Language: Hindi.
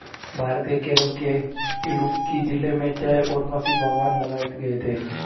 भारत के केरल के इडुक्की जिले में चाय और कॉफी बागान लगाए गए थे